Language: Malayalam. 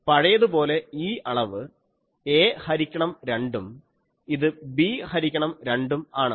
പഴയതുപോലെ ഈ അളവ് a ഹരിക്കണം 2 ഉം ഇത് b ഹരിക്കണം 2 ഉം ആണ്